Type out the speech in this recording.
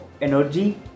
energy